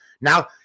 Now